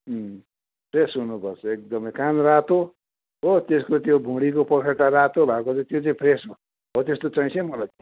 fresh हुनुपर्छ एकदमै कान रातो हो त्यसको त्यो भुँडीको पखेटा रातो भएकोले त्यो चाहिँ फ्रेस हो हो त्यस्तो चाहिन्छ है मलाई